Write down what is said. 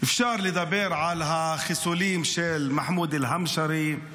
אפשר לדבר על החיסולים של מחמוד אל-המשארי,